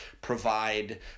provide